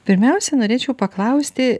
pirmiausia norėčiau paklausti